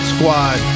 Squad